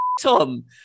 Tom